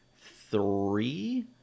three